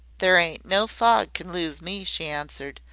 there ain't no fog can lose me, she answered,